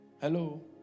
Hello